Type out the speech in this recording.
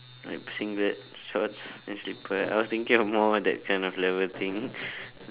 like singlet shorts and slipper I was thinking more that kind of level thing